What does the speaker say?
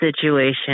situation